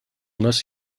нас